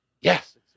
Yes